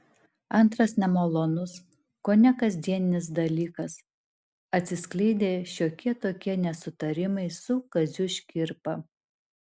antras nemalonus kone kasdienis dalykas atsiskleidę šiokie tokie nesutarimai su kaziu škirpa